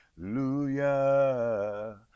Hallelujah